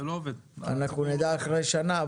אנחנו נדע רק אחרי שנה.